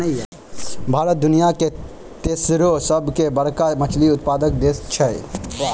भारत दुनिया के तेसरो सभ से बड़का मछली उत्पादक देश छै